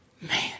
man